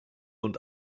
und